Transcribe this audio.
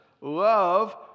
love